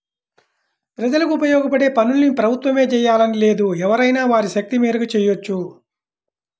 ప్రజలకు ఉపయోగపడే పనుల్ని ప్రభుత్వమే జెయ్యాలని లేదు ఎవరైనా వారి శక్తి మేరకు చెయ్యొచ్చు